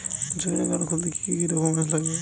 Joint account খুলতে কি কি ডকুমেন্টস লাগবে?